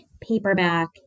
paperback